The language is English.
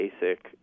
basic